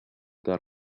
got